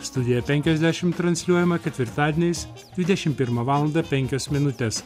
studija penkiasdešimt transliuojama ketvirtadieniais dvidešimt pirmą valandą penkios minutės